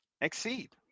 Exceed